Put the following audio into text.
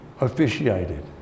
officiated